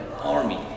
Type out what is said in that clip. army